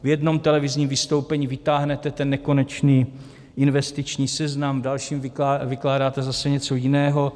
V jednom televizním vystoupení vytáhnete ten nekonečný investiční seznam, v dalším vykládáte zase něco jiného.